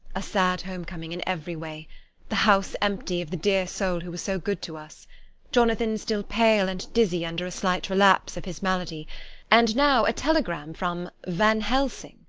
a sad home-coming in every way the house empty of the dear soul who was so good to us jonathan still pale and dizzy under a slight relapse of his malady and now a telegram from van helsing,